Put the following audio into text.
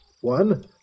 One